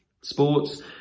sports